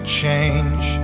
change